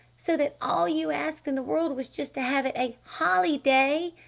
so that all you asked in the world was just to have it a holly day!